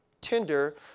Tinder